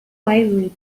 widely